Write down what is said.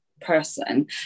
person